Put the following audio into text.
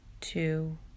two